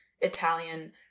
Italian